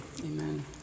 Amen